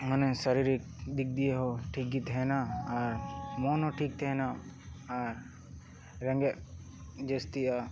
ᱢᱟᱱᱮ ᱥᱟᱨᱤᱨᱤᱠ ᱫᱤᱠ ᱫᱤᱭᱮ ᱦᱚᱸ ᱴᱷᱤᱠ ᱜᱮ ᱛᱟᱦᱮᱸᱱᱟ ᱟᱨ ᱢᱚᱱ ᱦᱚᱸ ᱴᱷᱤᱠ ᱛᱟᱦᱮᱸᱱᱟ ᱨᱮᱸᱜᱮᱡᱽ ᱡᱟᱹᱥᱛᱤᱜᱼᱟ